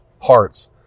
parts